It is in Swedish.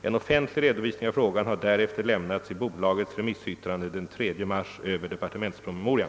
En offentlig redovisning av frågan har därefter läm nats i bolagets remissyttrande den 3 mars över departementspromemorian.